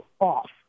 off